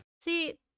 See